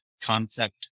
concept